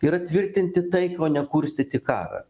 yra tvirtinti tai o ne kurstyti karą